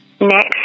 Next